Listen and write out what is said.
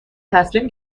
تصمیم